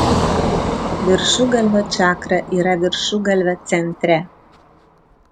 viršugalvio čakra yra viršugalvio centre